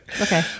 Okay